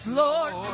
Lord